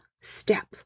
step